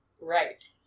Right